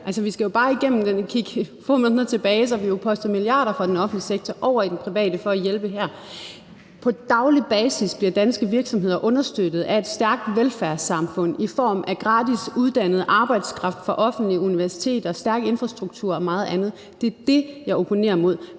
hvis vi bare kigger få måneder tilbage, har vi jo postet milliarder fra den offentlige sektor over i den private for at hjælpe her. På daglig basis bliver danske virksomheder understøttet af et stærkt velfærdssamfund i form af gratis uddannet arbejdskraft fra offentlige universiteter, stærk infrastruktur og meget andet. Men vi skal skabe